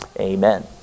Amen